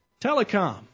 Telecom